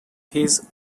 his